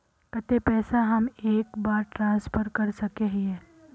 केते पैसा हम एक बार ट्रांसफर कर सके हीये?